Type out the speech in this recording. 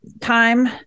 time